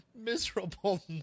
miserable